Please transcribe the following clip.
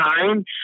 time